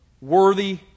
worthy